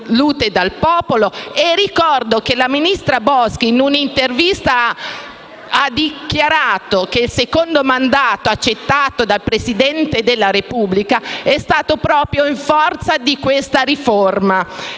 Ricordo che la ministra Boschi in un'intervista ha dichiarato che il secondo mandato accettato dal Presidente della Repubblica è stato proprio in forza di questa riforma.